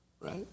right